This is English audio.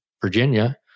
Virginia